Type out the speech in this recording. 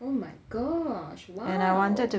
oh my gosh !wow!